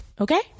okay